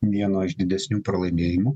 vieno iš didesnių pralaimėjimų